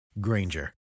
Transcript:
Granger